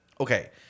okay